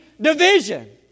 division